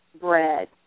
bread